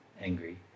angry